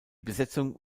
besetzung